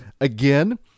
again